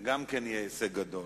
גם זה יהיה הישג גדול,